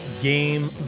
Game